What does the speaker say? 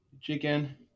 chicken